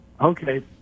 Okay